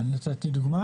נתתי את בית ג'אן כדוגמה